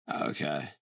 okay